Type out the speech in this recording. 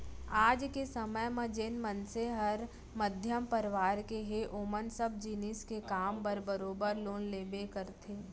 आज के समे म जेन मनसे हर मध्यम परवार के हे ओमन सब जिनिस के काम बर बरोबर लोन लेबे करथे